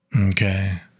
okay